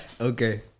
Okay